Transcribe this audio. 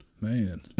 man